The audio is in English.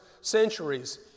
centuries